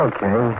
Okay